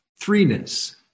threeness